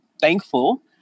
thankful